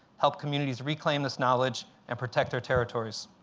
help communities reclaim this knowledge, and protect our territories.